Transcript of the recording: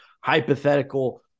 hypothetical